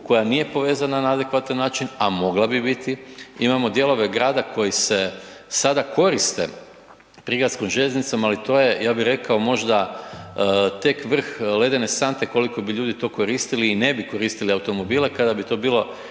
koja nije povezana na adekvatan način a mogla bi biti, imamo dijelove grada koji se sada koriste prigradskom željeznicom ali to je ja bi rekao, možda tek vrh ledene sante koliko bi ljudi to koristili i ne bi koristili automobile kada bi to bilo